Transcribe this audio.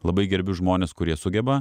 labai gerbiu žmones kurie sugeba